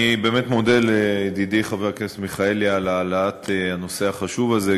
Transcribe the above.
אני באמת מודה לידידי חבר הכנסת מיכאלי על העלאת הנושא החשוב הזה,